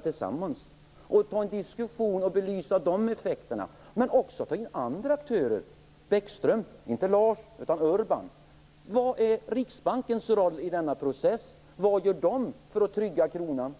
tillsammans, Arne Kjörnsberg, och ta en diskussion och belysa de effekterna. Vi kan kanske också ta in andra aktörer, t.ex. Bäckström, inte Lars utan Urban. Vad är Riksbankens roll i denna process? Vad gör de för att trygga kronan?